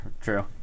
true